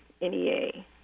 NEA